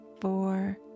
four